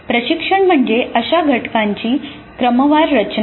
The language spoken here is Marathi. प्रशिक्षण म्हणजे अशा घटकांची क्रमवार रचना